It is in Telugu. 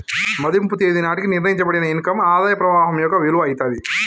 మదింపు తేదీ నాటికి నిర్ణయించబడిన ఇన్ కమ్ ఆదాయ ప్రవాహం యొక్క విలువ అయితాది